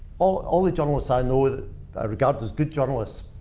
all all the journalists i know that i regard as good journalists,